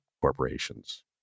corporations